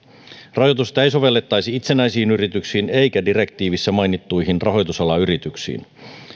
rajoitusta ei sovellettaisi itsenäisiin yrityksiin eikä direktiivissä mainittuihin rahoitusalan yrityksiin